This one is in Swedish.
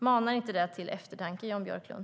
Manar inte det till eftertanke, Jan Björklund?